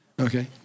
Okay